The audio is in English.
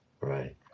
Right